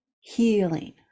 Healing